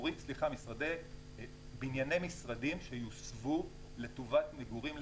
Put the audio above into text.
בנייני משרדים שיוסבו לטובת מגורים לצעירים,